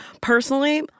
personally